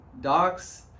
docs